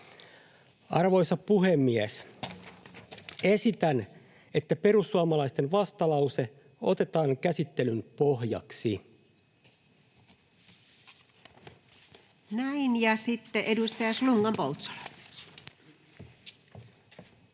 Arvoisa puhemies! Esitän, että perussuomalaisten vastalause otetaan käsittelyn pohjaksi. [Speech 194] Speaker: